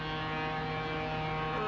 and